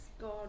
God